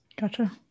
Gotcha